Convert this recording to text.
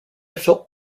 felt